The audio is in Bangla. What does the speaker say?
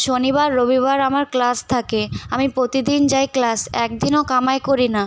শনিবার রবিবার আমার ক্লাস থাকে আমি প্রতিদিন যাই ক্লাস এক দিনও কামাই করি না